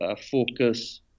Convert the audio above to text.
focus